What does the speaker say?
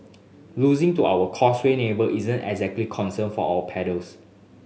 losing to our causeway neighbour isn't exactly concern for our paddlers